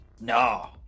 No